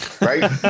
Right